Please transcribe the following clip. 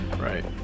Right